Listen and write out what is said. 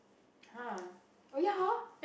!huh![oh] ya hor